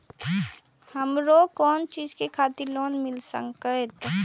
हमरो कोन चीज के खातिर लोन मिल संकेत?